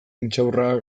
intxaurra